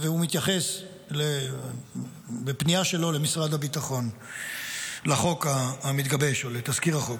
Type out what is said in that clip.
והוא מתייחס בפנייה שלו למשרד הביטחון לחוק המתגבש או לתזכיר החוק,